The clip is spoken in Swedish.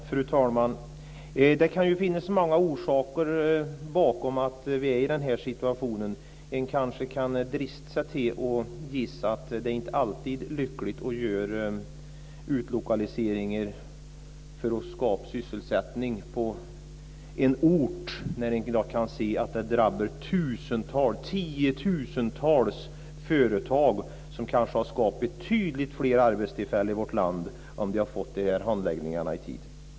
Fru talman! Det kan finnas många orsaker till att vi har den här situationen. Kanske kan man drista sig till att gissa att det inte alltid är lyckligt med utlokaliseringar för att skapa sysselsättning på en ort. Man kan ju se att det drabbar tiotusentals företag som kanske skulle ha skapat betydligt fler arbetstillfällen i vårt land om handläggningen hade gjorts i tid.